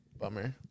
Bummer